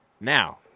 Now